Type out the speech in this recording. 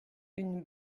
une